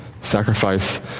sacrifice